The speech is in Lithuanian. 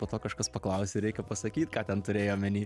po to kažkas paklausia reikia pasakyt ką ten turėjai omeny